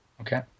Okay